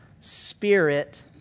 spirit